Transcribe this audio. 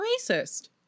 racist